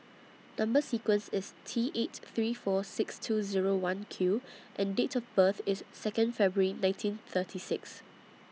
Number sequence IS T eight three four six two Zero one Q and Date of birth IS Second February nineteen thirty six